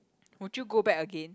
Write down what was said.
would you go back again